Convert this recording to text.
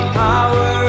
power